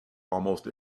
almost